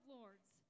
lords